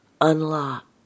unlock